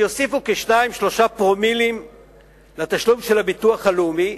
שיוסיפו 3-2 פרומילים לתשלום של הביטוח הלאומי,